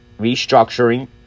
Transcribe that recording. restructuring